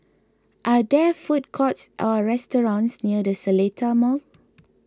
are there food courts or restaurants near the Seletar Mall